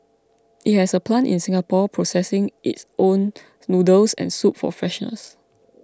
it has a plant in Singapore processing its own noodles and soup for freshness